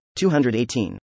218